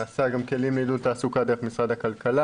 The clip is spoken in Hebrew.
נעשה גם כן --- תעסוקה דרך משרד הכלכלה,